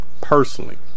personally